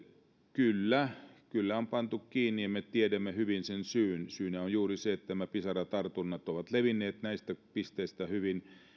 kyllä kyllä on pantu kiinni ja me tiedämme hyvin sen syyn syynä on juuri se että nämä pisaratartunnat ovat levinneet näistä pisteistä hyvin